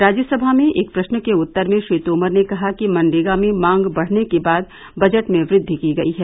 राज्यसभा में एक प्रश्न के उत्तर में श्री तोमर ने कहा कि मनरेगा में मांग बढ़ने के बाद बजट में वृद्वि की गई है